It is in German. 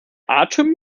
atem